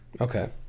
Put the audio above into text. okay